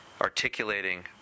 articulating